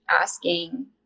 asking